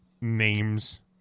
names